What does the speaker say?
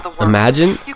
Imagine